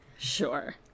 Sure